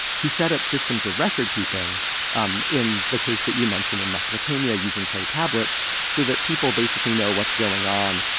who set up systems of recordkeeping um in the case that you mentioned in mesopotamia, using clay tablets so that people basically know what's going on,